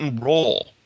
role